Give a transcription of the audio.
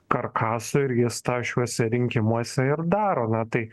karkasu ir jis tą šiuose rinkimuose ir daro na tai